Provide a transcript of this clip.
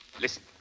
Listen